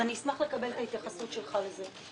אני אשמח לקבל את ההתייחסות שלך לזה.